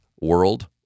world